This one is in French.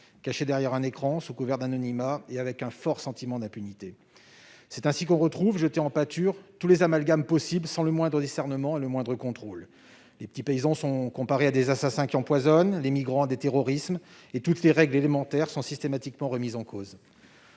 lancées derrière un écran, sous couvert d'anonymat et avec un fort sentiment d'impunité. C'est ainsi que l'on retrouve jetés en pâture tous les amalgames possibles, sans le moindre discernement et le moindre contrôle. Les petits paysans sont comparés à des assassins qui empoisonnent, les migrants à des terroristes, et toutes les règles élémentaires sont systématiquement remises en cause.